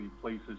places